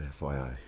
FYI